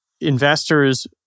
investors